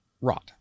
rot